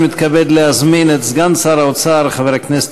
אני מתכבד להזמין את סגן שר האוצר חבר הכנסת